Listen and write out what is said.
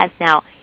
now